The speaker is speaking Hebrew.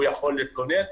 והוא יכול להתלונן,